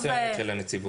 עבודה מצוינת של הנציבות.